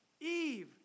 Eve